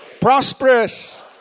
prosperous